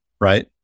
right